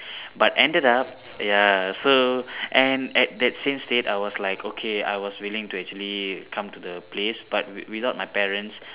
but ended up ya so and at that same state I was like okay I was willing to actually come to the place but without my parents